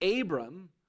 Abram